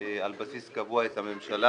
על בסיס קבוע את הממשלה